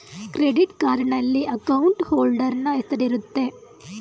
credit ಕಾರ್ಡ್ನಲ್ಲಿ account holder ನ ಹೆಸರಿರುತ್ತೆ